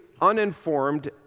uninformed